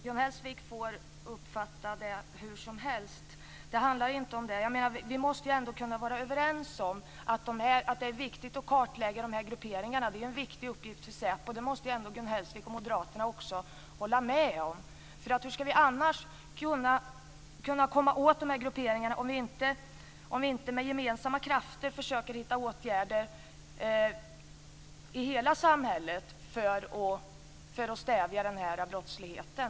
Herr talman! Gun Hellsvik får uppfatta detta hur som helst. Vi måste ändå kunna vara överens om att det är viktigt att kartlägga grupperingarna. Det är en viktig uppgift för SÄPO. Det måste ändå Gun Hellsvik och Moderaterna hålla med om. Hur ska vi annars komma åt grupperingarna om vi inte med gemensamma krafter försöker att vidta åtgärder i hela samhället för att stävja denna brottslighet?